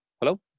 Hello